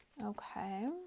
Okay